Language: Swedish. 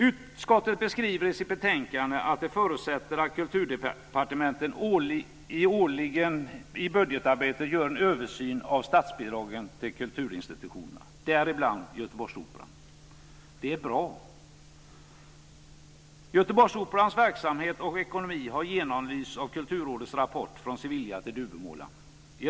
Utskottet skriver i sitt betänkande att det förutsätter att Kulturdepartementet årligen i budgetarbetet gör en översyn av statsbidragen till kulturinstitutionerna, däribland Göteborgsoperan. Det är bra. Göteborgsoperans verksamhet och ekonomi har genomlysts av Kulturrådets rapport Från Sevilla till Duvemåla.